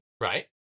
right